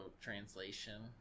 translation